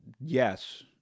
Yes